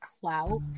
clout